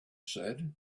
said